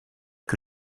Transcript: que